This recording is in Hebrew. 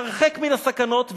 הרחק מן הסכנות,